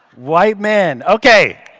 white man. okay.